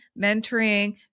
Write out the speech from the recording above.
mentoring